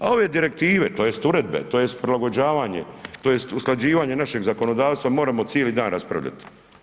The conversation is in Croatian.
A ove direktive, tj. uredbe, tj. prilagođavanje, tj. usklađivanje našeg zakonodavstva možemo cijeli dan raspravljati.